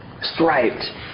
striped